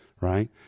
right